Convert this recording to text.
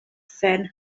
fan